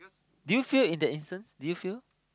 do you fail in that instance do you feel